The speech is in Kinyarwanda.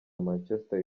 manchester